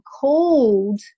called